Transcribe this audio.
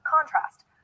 contrast